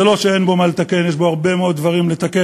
זה לא שאין בו מה לתקן, יש הרבה מאוד דברים לתקן,